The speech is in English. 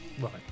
Right